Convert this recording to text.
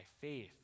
faith